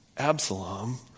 Absalom